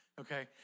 Okay